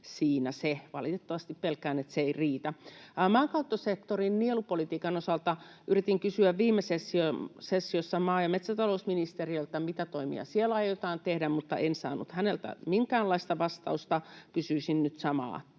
siinä se. Valitettavasti pelkään, että se ei riitä. Maankäyttösektorin nielupolitiikan osalta yritin kysyä viimesessiossa maa- ja metsätalousministeriltä, mitä toimia siellä aiotaan tehdä, mutta en saanut häneltä minkäänlaista vastausta. Kysyisin nyt samaa